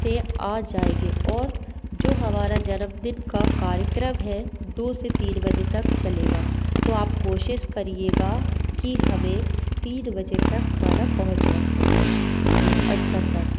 से आ जाएँगे और जो हमारा जन्मदिन का कार्यक्रम है दो से तीन बजे तक चलेगा तो आप कोशिश करिएगा कि हमें तीन बजे तक खाना पहुँचवा सको अच्छा सर